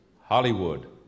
Hollywood